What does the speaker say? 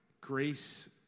Grace